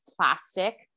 plastic